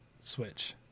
switch